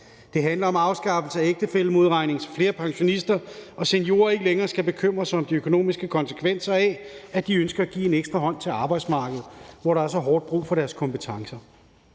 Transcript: Det handler om afskaffelse af ægtefællemodregning, så flere pensionister og seniorer ikke længere skal bekymre sig om de økonomiske konsekvenser af, at de ønsker at give en ekstra hånd til arbejdsmarkedet, hvor der er så hårdt brug for deres kompetencer.